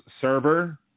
server